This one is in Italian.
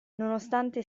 nonostante